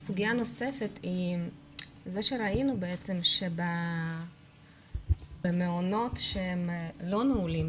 סוגיה נוספת זה שראינו שבמעונות שהם לא נעולים,